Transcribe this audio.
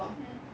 mm